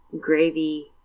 gravy